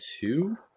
two